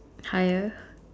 higher